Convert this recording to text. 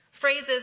Phrases